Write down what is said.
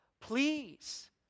please